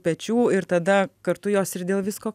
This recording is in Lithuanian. pečių ir tada kartu jos ir dėl visko